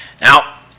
Now